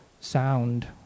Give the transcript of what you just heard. sound